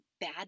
bad